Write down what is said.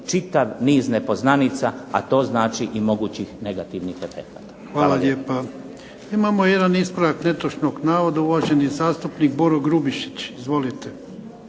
čitav niz nepoznanica, a to znači i mogućih negativnih efekata. Hvala lijepa. **Jarnjak, Ivan (HDZ)** Hvala lijepa. Imamo jedan ispravak netočnog navoda, uvaženi zastupnik Boro Grubišić. Izvolite.